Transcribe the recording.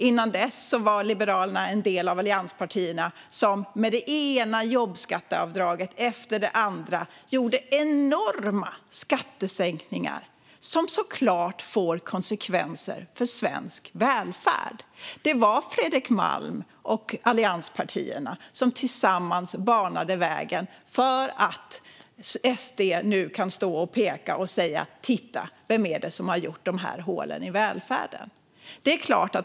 Innan dess var Liberalerna en del av Alliansen, som med det ena jobbskatteavdraget efter det andra gjorde enorma skattesänkningar som såklart fått konsekvenser för svensk välfärd. Det var Fredrik Malm och allianspartierna som tillsammans banade vägen för att SD nu kan stå och peka och säga: Titta - vem är det som har gjort de här hålen i välfärden?